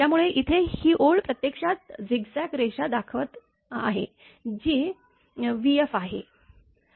त्यामुळे इथे ही ओळ प्रत्यक्षात झिगझॅग रेषा दाखवत आहे जी vf आहे